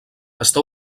està